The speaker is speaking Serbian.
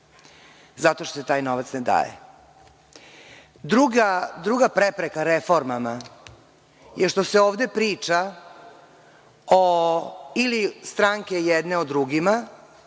zato što taj novac ne daje. Druga prepreka reformama je što se ovde priča o ili stranke jedne o drugima,